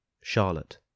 Charlotte